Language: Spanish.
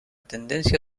tendencia